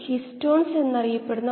ഔട്ട്പുട്ടിന്റെ നിരക്ക് എന്താണ്